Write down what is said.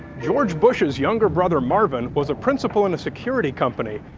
george bush's younger brother marvin was a principal in a security company,